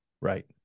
Right